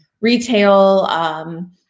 retail